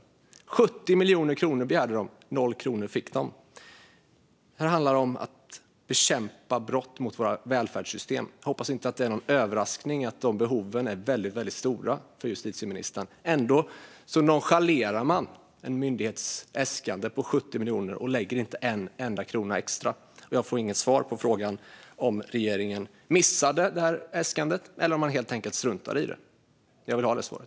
Man begärde 70 miljoner kronor och fick noll kronor. Det handlar om att bekämpa brott mot våra välfärdssystem. Jag hoppas att det inte kommer som någon överraskning för justitieministern att behovet av detta är väldigt stort. Ändå nonchalerar man denna myndighets äskande på 70 miljoner och anslår inte en enda krona extra. Jag fick inget svar på om regeringen missade detta äskande eller om man helt enkelt struntade i det. Jag vill ha det svaret.